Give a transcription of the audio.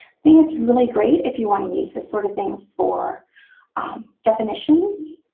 thing that's really great, if you want to use this sort of thing for definitions.